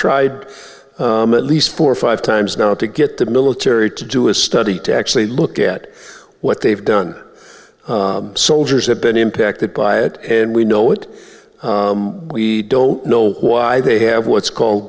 tried at least four or five times now to get the military to do a study to actually look at what they've done soldiers have been impacted by it and we know it we don't know why they have what's called